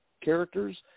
characters